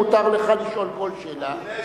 מותר לך לשאול כל שאלה,